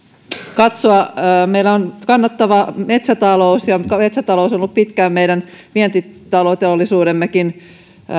katsoa meillä on kannattava metsätalous ja metsätalous on ollut pitkään meidän vientitalousteollisuutemmekin